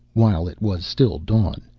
while it was still dawn,